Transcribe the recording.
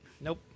Nope